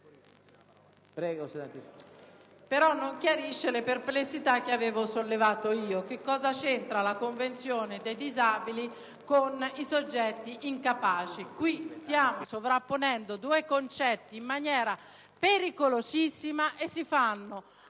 Non chiarisce però le perplessità che avevo sollevato io. Cosa c'entra la Convenzione dei disabili con i soggetti incapaci? Qui stiamo sovrapponendo due concetti in maniera pericolosissima: si